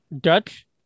Dutch